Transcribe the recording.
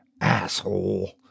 Asshole